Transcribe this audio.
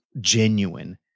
genuine